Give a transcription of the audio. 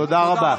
תודה רבה.